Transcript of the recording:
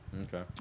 Okay